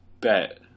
bet